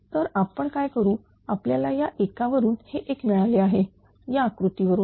तर आपण काय करू आपल्याला या एका वरून हे एक मिळाले आहे या आकृतीवरून